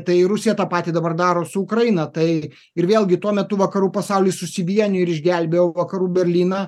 tai rusija tą patį dabar daro su ukraina tai ir vėlgi tuo metu vakarų pasaulis susivienijo ir išgelbėjo vakarų berlyną